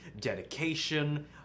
dedication